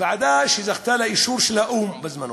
ועדה שזכתה לאישור של האו"ם בזמנו.